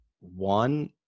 one